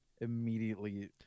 immediately